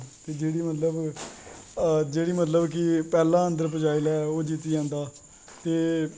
ते इंदै बिच्चा जेह्की मिगी पसंद ऐ गेम जियां लूडो होई लूडो च मतलव तार ठीपियां होंदियां जेह्ड़ी मतलव जेह्ड़ी मतलव की पैहलैं अन्दर पज़ाई लै ओह् जीती जंदा ते